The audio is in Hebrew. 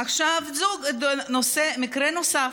מקרה נוסף: